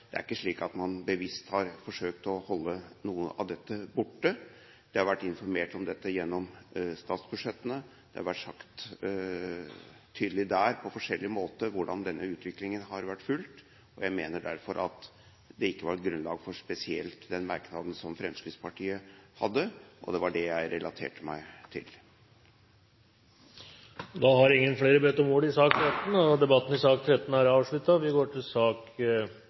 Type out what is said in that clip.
Det er ikke slik at man bevisst har forsøkt å holde noe av dette borte. Det har vært informert om dette gjennom statsbudsjettene; det har vært sagt tydelig der på forskjellige måter hvordan denne utviklingen har vært fulgt. Jeg mener derfor at det ikke var grunnlag for spesielt den merknaden som Fremskrittspartiet hadde, og det var det jeg relaterte meg til. Flere har ikke bedt om ordet til sak